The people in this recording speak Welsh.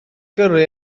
gyrru